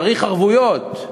צריך ערבויות.